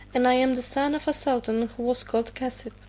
and i am the son of a sultan who was called cassib.